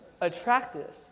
attractive